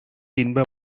இன்ப